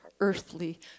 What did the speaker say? earthly